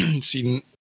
seen